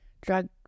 drug